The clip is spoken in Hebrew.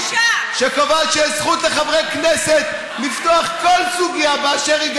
שקובעת שיש זכות לחברי כנסת לפתוח כל סוגיה באשר היא,